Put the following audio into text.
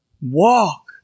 walk